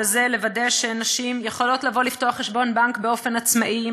וזה לוודא שנשים יכולות לבוא ולפתוח חשבון בנק באופן עצמאי,